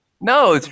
No